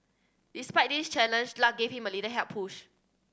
despite this challenge luck gave him a little helpful push